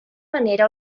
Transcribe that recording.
manera